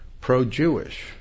pro-Jewish